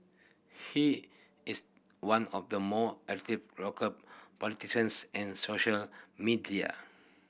he is one of the more active local politicians in social media